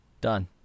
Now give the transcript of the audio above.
Done